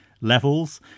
levels